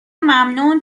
ممنون